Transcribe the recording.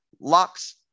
locks